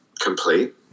Complete